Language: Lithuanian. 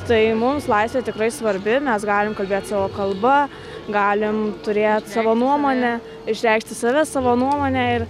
tai mums laisvė tikrai svarbi mes galim kalbėt savo kalba galim turėt savo nuomonę išreikšti save savo nuomonę ir